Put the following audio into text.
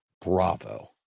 Bravo